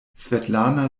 svetlana